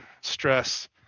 stress